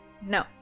No